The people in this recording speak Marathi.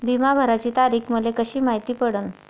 बिमा भराची तारीख मले कशी मायती पडन?